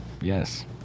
yes